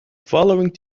following